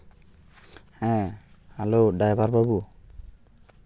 ᱦᱮᱸ hello driver ᱵᱟᱹᱵᱩ